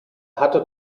hatte